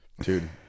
dude